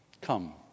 Come